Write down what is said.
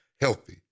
healthy